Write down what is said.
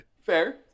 Fair